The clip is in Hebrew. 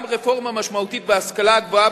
גם רפורמה משמעותית בהשכלה הגבוהה,